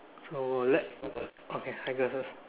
so let I go first